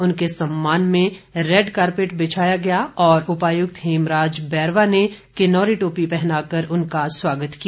उनके सम्मान में रैड कारपेट बिछाया गया और उपायुक्त हेमराज बैरवा ने किन्नौरी टोपी पहना कर उनका स्वागत किया